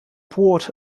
pot